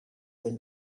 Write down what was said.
when